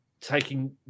taking